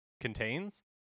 contains